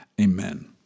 Amen